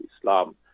Islam